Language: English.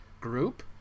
group